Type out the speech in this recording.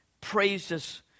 praises